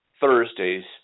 Thursdays